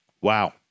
Wow